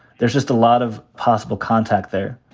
there's just a lot of possible contact there.